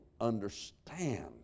understand